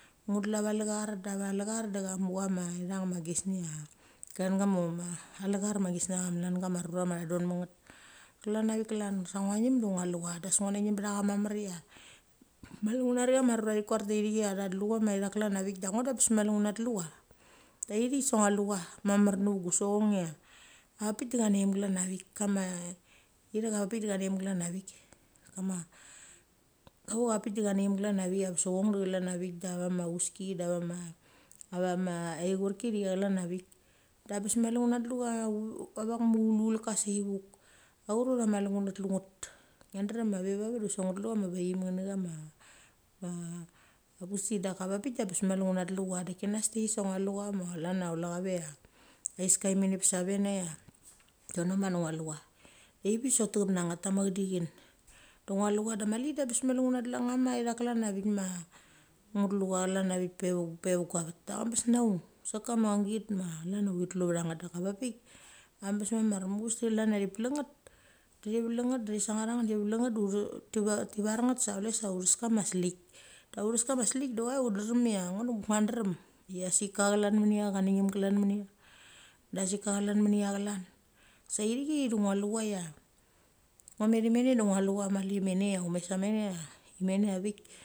Nget lu ava lechar da va lechar da cha mu cha ithang ma gisneia chama lechar ma chama rura ma tha don met nget. Klan na vik klan sa ngua ngeim da ngua lucha. Das ngua nangim mamar ptha chaia mali ngunari chama rura thi kuar ta ithik tha dlu cham ithik tha dlu cham ithak klan da ithik da ngo da bes mali nguna tiu cha. Ta ithik sa ngua lu cha mamar nei gus sachong ia a pik de cha neigim cholan na vik. Kama ithak ava pik de chanei geim kalan na vik ama vucha pik de cha na ngeim avesochong de chlan na vik da vama vuski da vama ichurki da chlan na vik. Da bes mali nguna tlu cha avak ma uluk sei vuk aurot mali nguna tlu nget. Ngia drem ve vat de chusek ngetlu chama vachei ngeno chama vusichi da va pik bes mali nguna tiu cha da kinas ta ithik da ngua lu cha ma chlan aiska imenep seimei ia sonoma da ngua lu cha. Aik sok techep nang nget ama chedichen. Da ngua lu cha de mali de bes nguana tlu ama ithak klan vikma pe vek gua vet abes na ung kusek kama git ma chlan ia tlu vethang nget. Daka va pik abes mamar mucheves de chlan ia thi pleng nget di lenget de sangarei nget de var nget sa chule sa uthas kama a slik de uthas kama slik choi ia drem ia ngo de bes ngua drem ia sik ka chlan mini ia cha nangeim chalan mini ia. Da sik klan mini ia chlan. Sa ithi chaei de ngua lu ia ngua met imani de ngua lu cha mali minei umet samenei imenei avik.